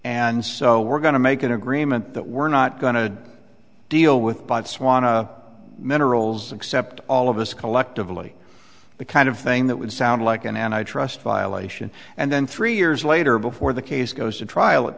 and so we're going to make an agreement that we're not going to deal with botswana minerals except all of us collectively the kind of thing that would sound like an antitrust violation and then three years later before the case goes to trial it